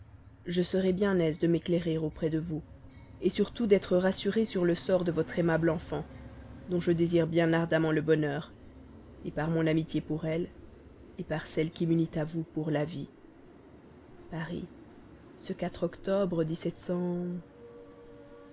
je serai bien aise de m'éclairer auprès de vous surtout d'être rassurée sur le sort de votre aimable enfant dont je désire bien ardemment le bonheur par mon amitié pour elle par celle qui m'unit à vous pour la vie paris octobre